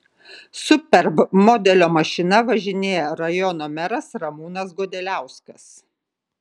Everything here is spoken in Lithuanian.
superb modelio mašina važinėja rajono meras ramūnas godeliauskas